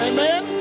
Amen